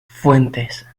fuentes